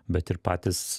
bet ir patys